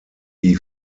die